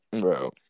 Bro